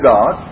God